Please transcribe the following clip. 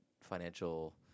financial